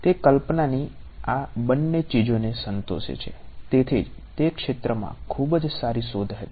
તે કલ્પનાની આ બંને ચીજોને સંતોષે છે તેથી જ તે ક્ષેત્રમાં ખૂબ જ સારી શોધ હતી